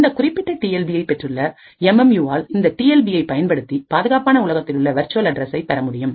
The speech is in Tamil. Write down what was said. இந்த குறிப்பிட்ட டி எல் பியை பெற்றுள்ள எம் எம் யூ ஆல் இந்த டி எல் பியை பயன்படுத்தி பாதுகாப்பான உலகத்திலுள்ள வெர்ச்சுவல் அட்ரசை பெற முடியும்